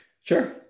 Sure